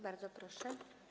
Bardzo proszę.